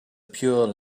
pure